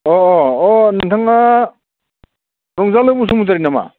अह अह नोंथाहा रंजालु बसुमतारी नामा